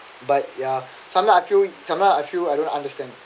but ya sometimes I feel sometimes I feel I don't understand